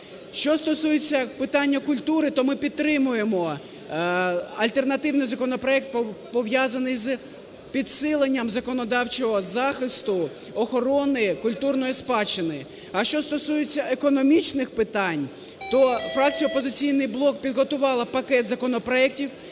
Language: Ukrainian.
Що стосується питання культури, т ми підтримуємо альтернативний законопроект, пов'язаний з підсиленням законодавчого захисту охорони культурної спадщини. А що стосується економічних питань, то фракція "Опозиційний блок" підготувала пакет законопроектів,